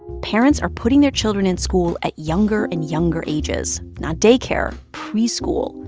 parents are putting their children in school at younger and younger ages not day care preschool,